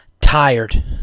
tired